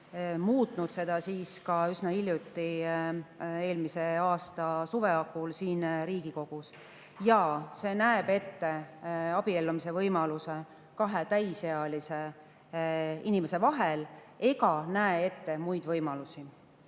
muutnud üsna hiljuti, eelmise aasta suve hakul siin Riigikogus. Ja see näeb ette abiellumise võimaluse kahe täisealise inimese vahel ega näe ette muid võimalusi. Esimene